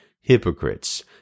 Hypocrites